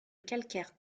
calcaire